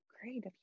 great